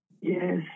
yes